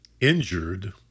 injured